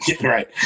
right